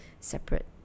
separate